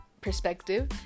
perspective